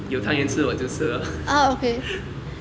有汤圆吃我就吃 lor